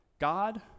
God